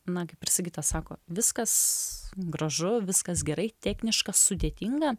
na kaip ir sigitas sako viskas gražu viskas gerai techniška sudėtinga